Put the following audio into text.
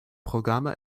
programme